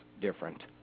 different